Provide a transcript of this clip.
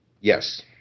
Yes